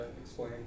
explain